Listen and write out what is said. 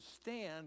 stand